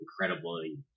incredibly